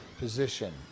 Position